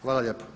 Hvala lijepo.